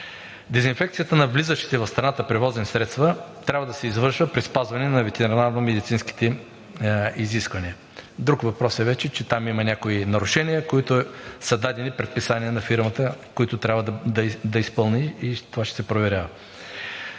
Дезинфекцията на влизащите в страната превозни средства трябва да се извършва при спазване на ветеринарно-медицинските изисквания. Друг въпрос е вече, че там има някои нарушения, за които са дадени предписания на фирмата и които трябва да изпълни, и това ще се проверява.